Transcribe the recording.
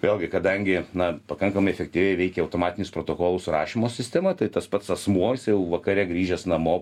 vėlgi kadangi na pakankamai efektyviai veikia automatinis protokolų surašymo sistema tai tas pats asmuo jisai jau vakare grįžęs namo